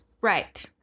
Right